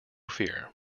fear